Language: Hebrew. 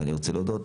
ואני רוצה להודות,